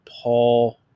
Paul